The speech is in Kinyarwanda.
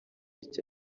icyo